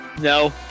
No